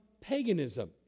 paganism